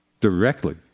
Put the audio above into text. Directly